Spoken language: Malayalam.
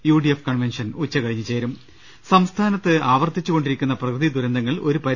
യു ഡി എഫ് കൺവൻഷൻ ഉച്ചകഴിഞ്ഞ് ചേരും സംസ്ഥാനത്ത് ആവർത്തിച്ചുകൊണ്ടിരിക്കുന്ന പ്രകൃതി ദുരന്തങ്ങൾ ഒരു പരി